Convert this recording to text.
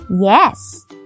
Yes